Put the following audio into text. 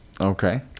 Okay